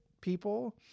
people